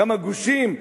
כמה גושים,